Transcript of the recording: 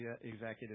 executive